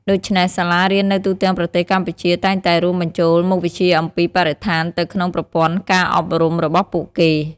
ដូច្នេះ សាលារៀននៅទូទាំងប្រទេសកម្ពុជាតែងតែរួមបញ្ចូលមុខវិជ្ជាអំពីបរិស្ថានទៅក្នុងប្រព័ន្ធការអប់រំរបស់ពួកគេ។